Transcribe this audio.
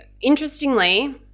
interestingly